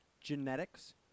genetics